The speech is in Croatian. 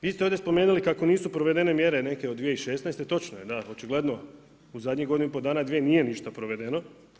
Vi ste ovdje spomenuli kako nisu proveden mjere neke od 2016., točno je da, očigledno u zadnjih godinu i pol dana, dvije, nije ništa provedeno.